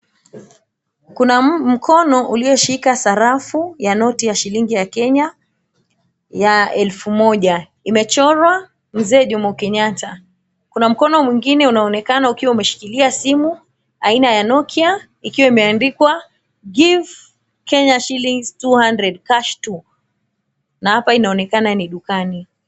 Kuna mkono ulioshika sarafu ya noti ya shilingi ya Kenya ya elfu moja. Imechorwa mzee Jomo Kenyatta. Kuna mkono mwingine unaoonekana ukiwa umeshikilia simu aina ya Nokia ikiwa imeandikwa, Give Kenya shillings 200 cash to. Na hapa inaonekana ni dukani.